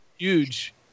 Huge